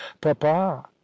papa